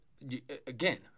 Again